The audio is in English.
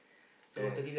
okay